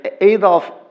Adolf